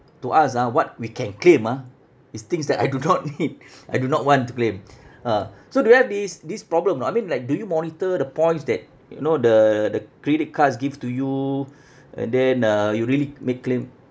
to us ah what we can claim ah is things that I do not need I do not want to claim ah so do you have this this problem or not I mean like do you monitor the points that you know the the credit cards give to you and then uh you really make claim